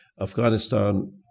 Afghanistan